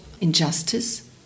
injustice